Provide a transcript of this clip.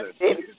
Yes